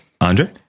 Andre